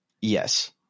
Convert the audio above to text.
yes